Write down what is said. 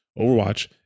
Overwatch